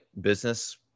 business